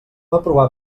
aprovar